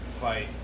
fight